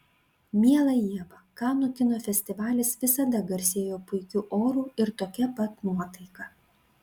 miela ieva kanų kino festivalis visada garsėjo puikiu oru ir tokia pat nuotaika